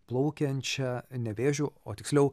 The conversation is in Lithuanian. plaukiančią nevėžiu o tiksliau